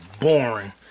boring